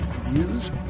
views